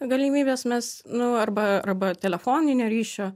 galimybės mes nu arba arba telefoninio ryšio